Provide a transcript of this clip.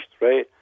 right